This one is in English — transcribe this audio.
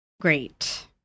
great